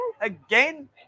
again